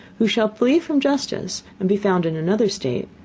who shall flee from justice, and be found in another state,